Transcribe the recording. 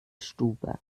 stube